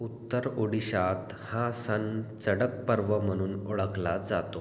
उत्तर ओडिशात हा सण चडक पर्व म्हणून ओळखला जातो